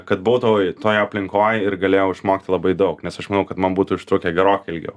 kad buvau toj toj aplinkoj ir galėjau išmokti labai daug nes aš manau kad man būtų užtrukę gerokai ilgiau